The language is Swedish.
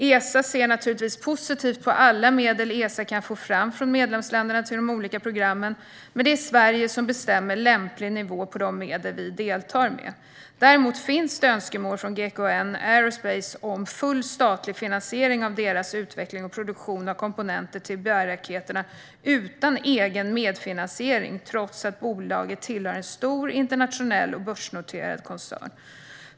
Esa ser naturligtvis positivt på alla medel som Esa kan få från medlemsländerna till de olika programmen, men det är Sverige som bestämmer lämplig nivå på de medel som vi deltar med. Däremot finns det önskemål från GKN Aerospace om full statlig finansiering av deras utveckling och produktion av komponenter till bärraketerna utan egen medfinansiering, trots att bolaget tillhör en stor internationell och börsnoterad koncern.